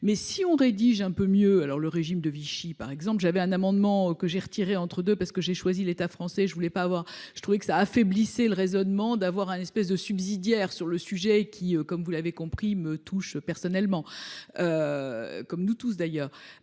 mais si on rédige un peu mieux alors. Le régime de Vichy par exemple j'avais un amendement que j'ai retiré entre deux parce que j'ai choisi l'État français. Je voulais pas avoir, je trouvais que ça affaiblissait le raisonnement d'avoir un espèce de subsidiaire sur le sujet qui, comme vous l'avez compris me touche personnellement. Comme nous tous d'ailleurs.